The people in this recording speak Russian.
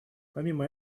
помимо